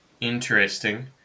Interesting